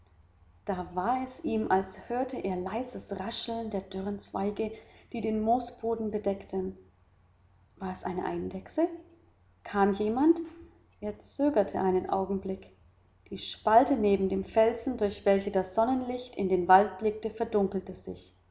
da war es ihm als hörte er leises rascheln der dürren zweige die den moosboden bedeckten war es eine eidechse kam jemand er zögerte einen augenblick die spalte neben dem felsen durch welche das sonnenlicht in den wald blickte verdunkelte sich